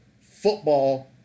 football